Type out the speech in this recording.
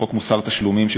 חוק מוסר התשלומים,